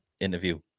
interview